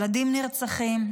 ילדים נרצחים,